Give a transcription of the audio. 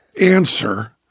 answer